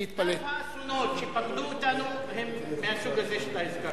גל האסונות שפקדו אותנו הם מהסוג הזה של העסקה.